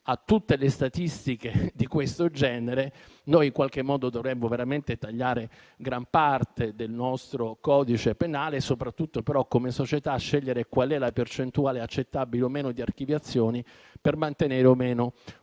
a tutte le statistiche di questo genere, dovremmo veramente tagliare gran parte del nostro codice penale e soprattutto, come società, scegliere quale sia la percentuale accettabile di archiviazioni per mantenere o no una